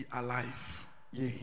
alive